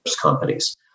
companies